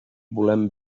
volem